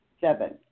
Seven